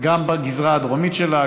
גם בגזרה הדרומית שלה,